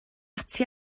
ati